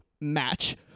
Match